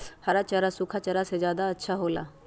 हरा चारा सूखा चारा से का ज्यादा अच्छा हो ला?